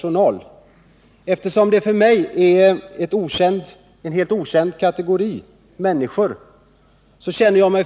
Herr talman!